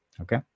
okay